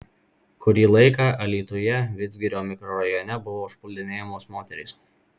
kurį laiką alytuje vidzgirio mikrorajone buvo užpuldinėjamos moterys